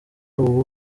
ubu